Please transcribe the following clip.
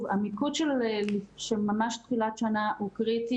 המיקוד של ממש תחילת שנה הוא קריטי